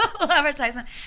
advertisement